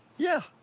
yeah.